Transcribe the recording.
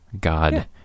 god